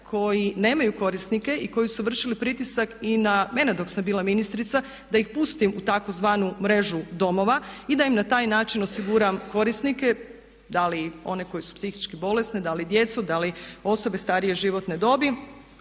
koji nemaju korisnike i koji su vršili pritisak i na mene dok sam bila ministrica, da ih pustim u tzv. mrežu domova i da im na taj način osiguram korisnike da li one koji su psihički bolesne, da li djecu, da li osobe starije životne dobi